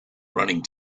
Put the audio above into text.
running